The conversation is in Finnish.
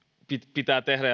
pitää tehdä